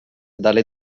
dalle